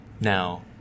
Now